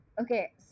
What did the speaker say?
okay